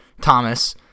Thomas